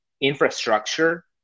infrastructure